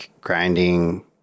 grinding